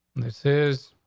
this is